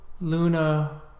Luna